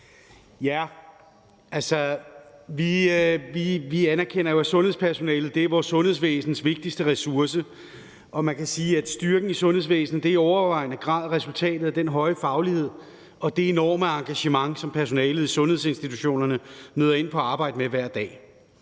for det. Vi anerkender, at sundhedspersonalet er vores sundhedsvæsens vigtigste ressource. Man kan sige, at styrken i sundhedsvæsenet i overvejende grad er resultatet af den høje faglighed og det enorme engagement, som personalet i sundhedsinstitutionerne møder ind på arbejde med hver dag.